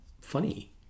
funny